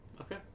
Okay